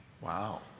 Wow